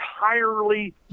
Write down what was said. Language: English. entirely